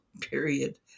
period